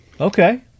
Okay